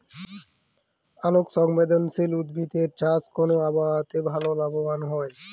আলোক সংবেদশীল উদ্ভিদ এর চাষ কোন আবহাওয়াতে ভাল লাভবান হয়?